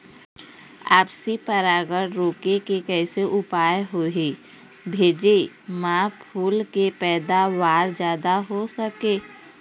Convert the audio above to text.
आपसी परागण रोके के कैसे उपाय हवे भेजे मा फूल के पैदावार जादा हों सके?